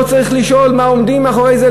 לא צריך לשאול מה עומד מאחורי זה,